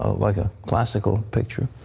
ah like a classical picture.